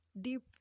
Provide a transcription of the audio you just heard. deep